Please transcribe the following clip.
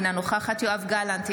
אינה נוכחת יואב גלנט,